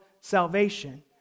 salvation